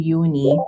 uni